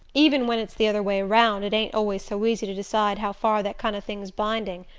even when it's the other way round it ain't always so easy to decide how far that kind of thing's binding.